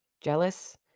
jealous